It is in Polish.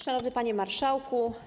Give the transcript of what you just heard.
Szanowny Panie Marszałku!